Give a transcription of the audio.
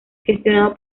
gestionado